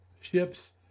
ships